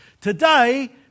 Today